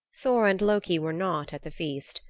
thor and loki were not at the feast,